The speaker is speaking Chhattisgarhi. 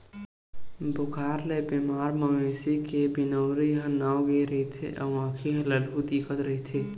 बुखार ले बेमार मवेशी के बिनउरी ह नव गे रहिथे अउ आँखी ह ललहूँ दिखत रहिथे